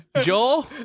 Joel